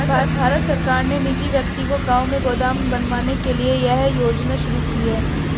भारत सरकार ने निजी व्यक्ति को गांव में गोदाम बनवाने के लिए यह योजना शुरू की है